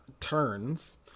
turns